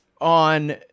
on